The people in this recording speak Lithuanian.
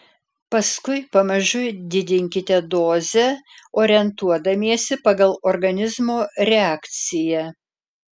paskui pamažu didinkite dozę orientuodamiesi pagal organizmo reakciją